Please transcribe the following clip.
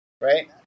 right